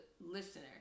listener